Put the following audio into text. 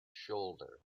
shoulder